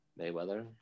Mayweather